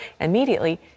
Immediately